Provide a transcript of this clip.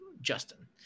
justin